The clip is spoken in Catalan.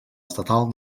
estatal